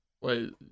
wait